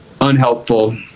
unhelpful